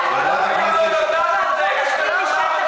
מאוד קשה,